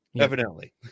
evidently